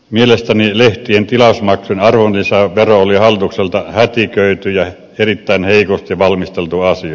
mielestäni lehtien tilausmaksun arvonlisävero oli hallitukselta hätiköity ja erittäin heikosti valmisteltu asia